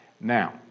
Now